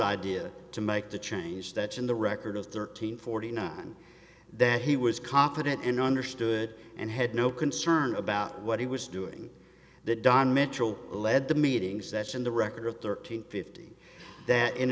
idea to make the change that's in the record of thirteen forty nine that he was confident and understood and had no concern about what he was doing that don mitchell led the meetings that's in the record of thirteen fifty that in